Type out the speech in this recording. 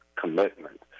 commitment